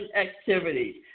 activities